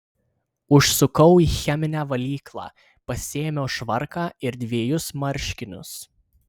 užsukau į cheminę valyklą pasiėmiau švarką ir dvejus marškinius